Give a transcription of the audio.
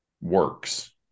works